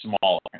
smaller